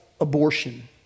abortion